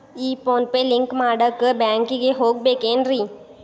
ಈ PhonePe link ಮಾಡಾಕ ಬ್ಯಾಂಕಿಗೆ ಹೋಗ್ಬೇಕೇನ್ರಿ?